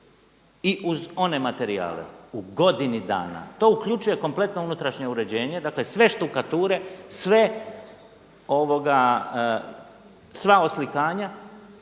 i uz one materijale u godini dana to uključuje kompletno unutrašnje uređenje. Dakle, sve štukature, sva oslikanja,